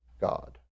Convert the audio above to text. God